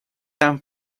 than